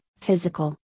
physical